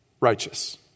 righteous